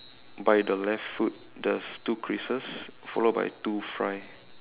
by the left foot there's two creases followed by two fry